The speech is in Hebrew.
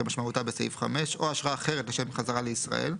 כמשמעותה בסעיף 5 או אשרה אחרת לשם חזרה לישראל,